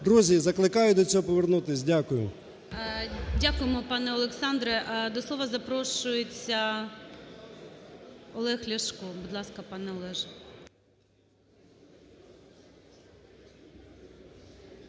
Друзі, закликаю до цього повернутись. Дякую. ГОЛОВУЮЧИЙ. Дякуємо, пане Олександре. До слова запрошується Олег Ляшко. Будь ласка, пане Олеже.